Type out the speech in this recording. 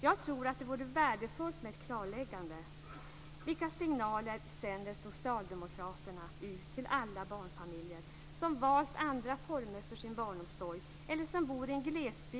Jag tror att det vore värdefullt med ett klarläggande.